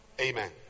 Amen